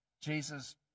Jesus